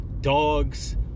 dogs